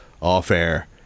off-air